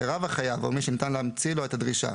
סירב החייב או מי שניתן להמציא לו את הדרישה